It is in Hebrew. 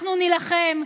אנחנו נילחם.